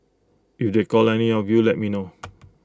if they call any of you let me know